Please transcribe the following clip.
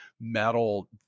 metal